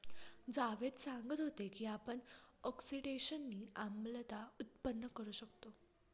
जावेद सांगत होते की आपण ऑक्सिडेशनने आम्लता उत्पन्न करू शकतो